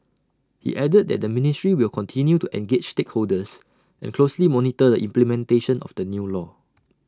he added that the ministry will continue to engage stakeholders and closely monitor the implementation of the new law